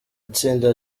itsinda